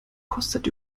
kostet